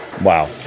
Wow